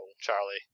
Charlie